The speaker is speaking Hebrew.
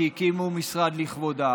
הקימו משרד לכבודה,